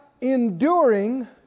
Enduring